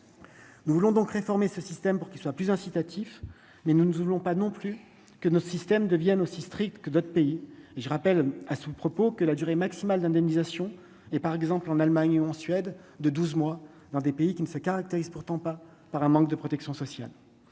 nous voulons donc réformer ce système pour qu'qui soit plus incitatif, mais nous ne voulons pas non plus que notre système deviennent aussi stricte que d'autres pays, je rappelle à ce propos, que la durée maximale d'indemnisation et par exemple en Allemagne en Suède de 12 mois dans des pays qui ne se caractérise pourtant pas par un manque de protection sociale,